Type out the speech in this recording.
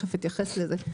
תכף אתייחס לזה.